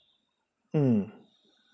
mm